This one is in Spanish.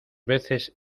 veces